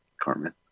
Carmen